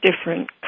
different